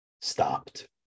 stopped